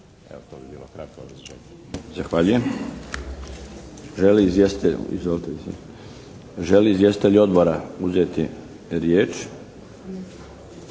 Zahvaljujem. Žele li izvjestitelji odbora uzeti riječ?